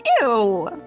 Ew